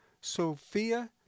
Sophia